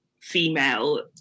female